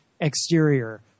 exterior